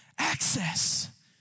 access